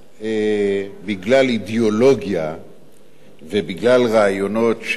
בגלל אידיאולוגיה ובגלל רעיונות של